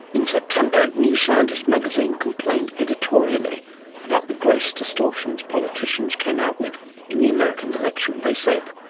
in september new scientist magazine complained editorially about the gross distortions politicians came out with in the american election. they said,